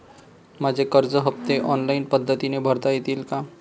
माझे कर्ज हफ्ते ऑनलाईन पद्धतीने भरता येतील का?